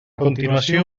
continuació